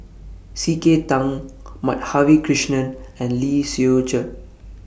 C K Tang Madhavi Krishnan and Lee Seow Ser